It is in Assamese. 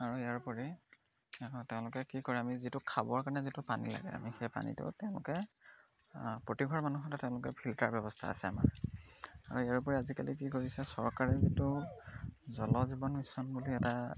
আৰু ইয়াৰোপৰি তেওঁলোকে কি কৰে আমি যিটো খাবৰ কাৰণে যিটো পানী লাগে আমি সেই পানীটো তেওঁলোকে প্ৰতিঘৰ মানুহতে তেওঁলোকে ফিল্টাৰ ব্যৱস্থা আছে আমাৰ আৰু ইয়াৰোপৰি আজিকালি কি কৰিছে চৰকাৰে যিটো জল জীৱন মিছন বুলি এটা